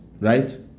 Right